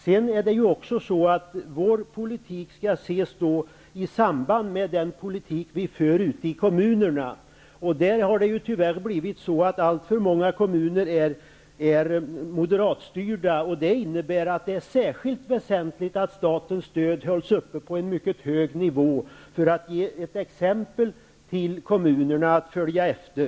Sedan skall ju vår politik ses i samband med den politik vi för ute i kommunerna. Det har ju tyvärr blivit så att alltför många kommuner är moderatstyrda, och det innebär att det är särskilt väsentligt att statens stöd hålls uppe på en mycket hög nivå, för att ge ett exempel till kommunerna att följa efter.